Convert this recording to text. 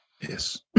Yes